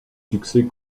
succès